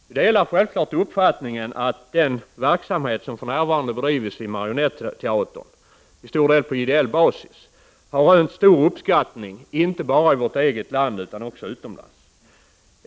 Vi delar självfallet uppfattningen att den verksamhet som för närvarande bedrivs av Marionetteatern, till stor del på ideell basis, har rönt stor uppskattning, inte bara i vårt eget land utan också utomlands.